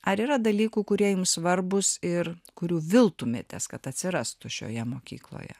ar yra dalykų kurie jums svarbūs ir kurių viltumėtės kad atsirastų šioje mokykloje